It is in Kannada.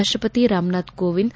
ರಾಷ್ಷಪತಿ ರಾಮನಾಥ ಕೋವಿಂದ್